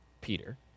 Peter